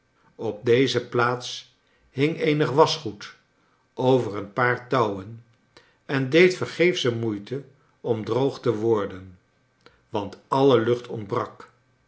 op deze plaats hing eenig waschgoed over een paar touwen en deed vergeefsche moeite om droog te worden want alle lucht ontbrak